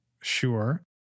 sure